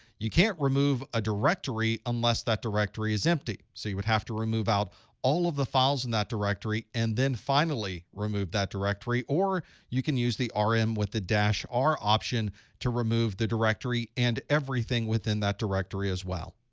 you can't remove a directory unless that directory is empty, so you would have to remove out all of the files in that directory and then finally remove that directory. or you can use the rm um with the dash r option to remove the directory and everything within that directory as well.